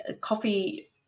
coffee